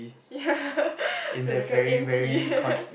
ya got that kind of